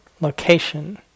location